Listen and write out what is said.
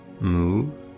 move